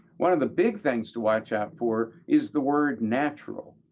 one of the big things to watch out for is the word natural.